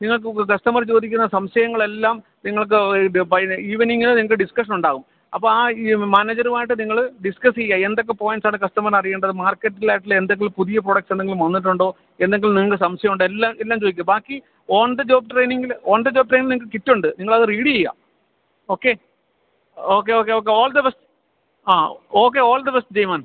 നിങ്ങൾക്ക് കസ്റ്റമർ ചോദിക്കുന്ന സംശയങ്ങളെല്ലാം നിങ്ങള്ക്ക് ഈവനിംഗ് നിങ്ങൾക്ക് ഡിസ്കഷനുണ്ടാകും അപ്പോള് ആ ഈ മാനേജരുമായിട്ട് നിങ്ങള് ഡിസ്കസ് ചെയ്യുക എന്തൊക്കെ പോയിൻസാണ് കസ്റ്റമറിന് അറിയേണ്ടത് മാർക്കറ്റിലായിട്ടുള്ള എന്തെങ്കിലും പുതിയ പ്രോഡക്ടസെന്തെങ്കിലും വന്നിട്ടുണ്ടോ എന്തെങ്കിലും നിങ്ങൾക്ക് സംശയമുണ്ടോ എല്ലാം എല്ലാം ചോദിക്കുക ബാക്കി ഓൺ ദ ജോബ് ട്രെയിനിങ്ങില് ഓൺ ദ ജോബ് ട്രെയിനിങ് നിങ്ങള്ക്ക് കിട്ടുന്നുണ്ട് അത് നിങ്ങളത് റീഡ് ചെയ്യുക okay okay okay okay all the best ah okay all the best Jaimon